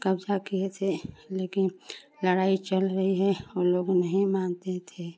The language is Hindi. कब्जा किए थे लेकिन लड़ाई चल रही है वो लोग नहीं मानते थे